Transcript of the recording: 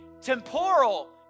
temporal